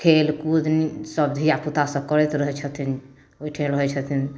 खेल कूद सब धिया पूता सब करैत रहै छथिन ओहिठिन रहै छथिन